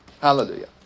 hallelujah